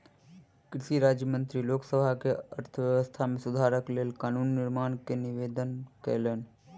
कृषि राज्य मंत्री लोक सभा में अर्थव्यवस्था में सुधारक लेल कानून निर्माण के निवेदन कयलैन